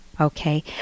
okay